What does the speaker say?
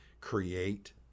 create